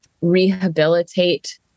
rehabilitate